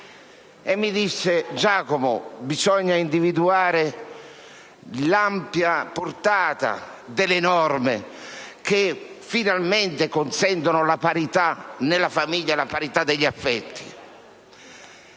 Mi disse: «Giacomo, bisogna individuare l'ampia portata delle norme, che finalmente consentono la parità nella famiglia, la parità degli affetti».